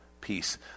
peace